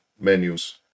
menus